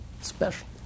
special